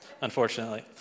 unfortunately